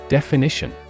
Definition